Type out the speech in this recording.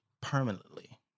permanently